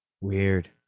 Weird